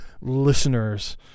listeners